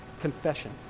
Confession